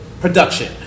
production